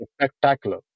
spectacular